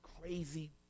crazy